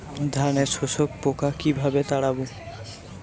ধানে শোষক পোকা কিভাবে তাড়াব?